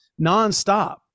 nonstop